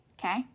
Okay